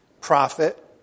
profit